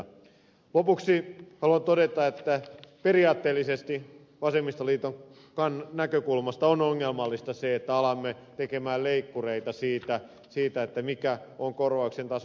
lopuksi haluan todeta että periaatteellisesti vasemmistoliiton näkökulmasta on ongelmallista se että alamme tehdä leikkureita siitä mikä on korvauksen taso